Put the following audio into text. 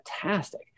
fantastic